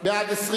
ההצעה